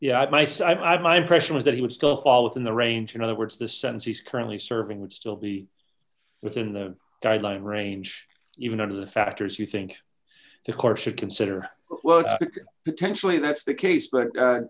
yeah i said i my impression was that he would still fall within the range in other words the sentence he's currently serving would still be within the guidelines range even under the factors you think the court should consider potentially that's the case but